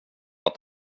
att